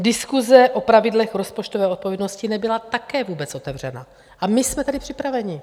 Diskuse o pravidlech rozpočtové odpovědnosti nebyla také vůbec otevřena a my jsme byli připraveni.